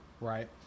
right